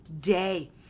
day